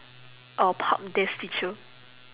our teacher